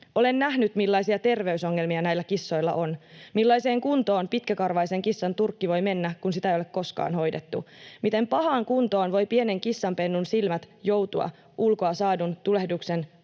Olen nähnyt, millaisia terveysongelmia näillä kissoilla on, millaiseen kuntoon pitkäkarvaisen kissan turkki voi mennä, kun sitä ei ole koskaan hoidettu, miten pahaan kuntoon voivat pienen kissanpennun silmät joutua ulkoa saadun tulehduksen,